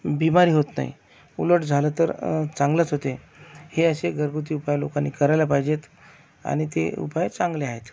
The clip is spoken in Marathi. बिमारी होत नाही उलट झालं तर चांगलचं होते हे असे घरगुती उपाय लोकांनी करायला पाहिजेत आणि ते उपाय चांगले आहेत